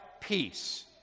peace